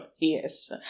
Yes